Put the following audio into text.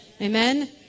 amen